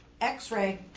x-ray